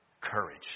courage